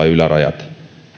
ylärajat